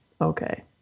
okay